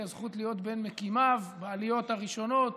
הזכות להיות בין מקימיו בעליות הראשונות,